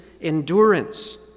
endurance